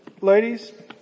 ladies